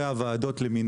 פורום?